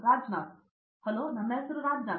Rajnath hello ನನ್ನ ಹೆಸರು ರಾಜ್ನಾಥ್